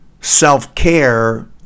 self-care